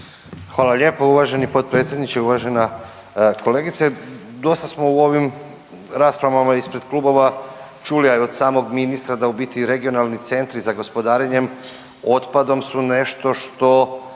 Hvala lijepo uvaženi potpredsjedniče, uvažena kolegice. Dosta smo u ovim raspravama ispred klubova čuli, a i od samog ministra, da u biti regionalni centri za gospodarenjem otpadom su nešto što